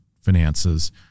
finances